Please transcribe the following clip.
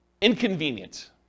inconvenient